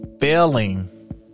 Failing